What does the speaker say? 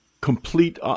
complete